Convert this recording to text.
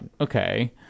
Okay